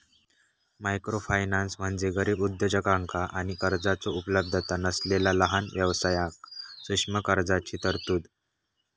microfinance म्हणजे गरीब उद्योजकांका आणि कर्जाचो उपलब्धता नसलेला लहान व्यवसायांक सूक्ष्म कर्जाची तरतूद